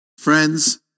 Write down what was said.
Friends